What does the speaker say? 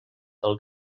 del